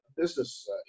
business